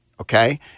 okay